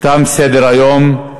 תם סדר-היום.